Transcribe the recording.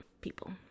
people